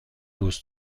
روز